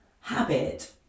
habit